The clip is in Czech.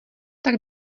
tak